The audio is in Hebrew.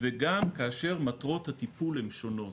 וגם כאשר מטרות הטיפול הן שונות,